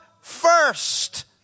first